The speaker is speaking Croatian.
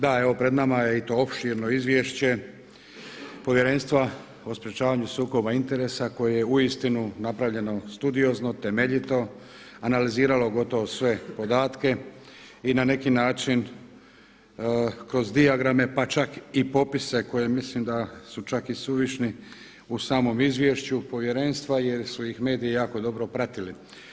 Da evo pred nama je i to opširno izvješće Povjerenstva o sprječavanju sukoba interesa koje je uistinu napravljeno studiozno, temeljito, analiziralo gotovo sve podatke i na neki način kroz dijagrame, pa čak i popise koje mislim da su čak i suvišni u samom izvješću Povjerenstva jer su ih mediji jako dobro pratili.